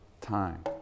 time